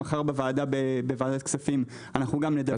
מחר בוועדת כספים גם נדע.